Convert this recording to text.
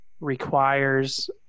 requires